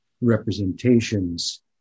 representations